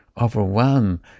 overwhelm